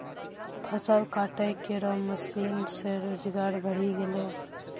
फसल काटै केरो मसीन सें रोजगार बढ़ी गेलै